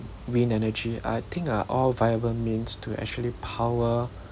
wind energy I think are all viable means to actually power